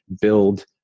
build